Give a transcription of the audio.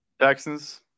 Texans